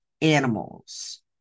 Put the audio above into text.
animals